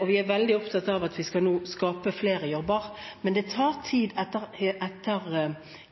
og vi er veldig opptatt av at vi nå skal skape flere jobber. Men det tar tid. Etter